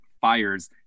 fires